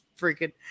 freaking